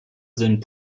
sind